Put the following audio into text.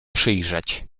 przyjrzeć